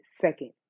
second